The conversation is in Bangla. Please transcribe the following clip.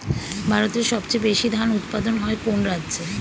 ভারতের সবচেয়ে বেশী ধান উৎপাদন হয় কোন রাজ্যে?